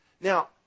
Now